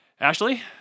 Ashley